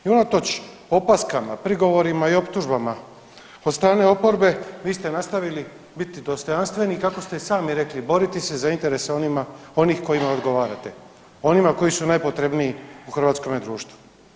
I unatoč opaskama, prigovorima i optužbama od strane oporbe vi ste nastavili biti dostojanstveni i kako ste sami rekli boriti se za interese onih kojima odgovarate, onima koji su najpotrebniji u hrvatskome društvu.